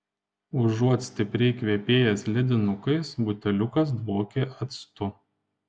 užuot stipriai kvepėjęs ledinukais buteliukas dvokė actu